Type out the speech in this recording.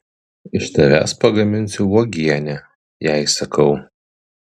iš tavęs pagaminsiu uogienę jai sakau